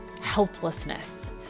helplessness